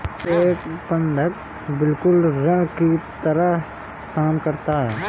एक बंधक बिल्कुल ऋण की तरह काम करता है